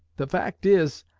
the fact is